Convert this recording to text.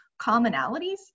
commonalities